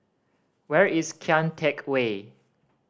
where is Kian Teck Way